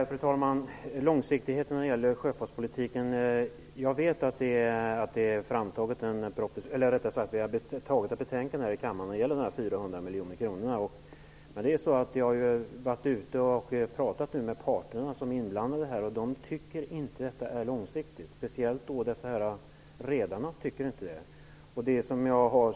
Fru talman! Jag vet att vi här i kammaren har antagit förslaget om de 400 miljoner kronorna. Men jag har varit ute och talat med de inblandade parterna. De -- och det gäller särskilt redarna -- tycker inte att detta är långsiktigt.